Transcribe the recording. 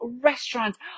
restaurants